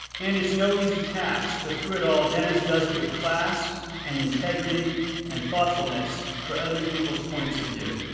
and it's no easy task but through it all denis does it with class and integrity and thoughtfulness for other people's points of view.